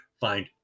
find